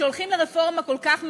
כשהולכים לרפורמה כל כך מקיפה,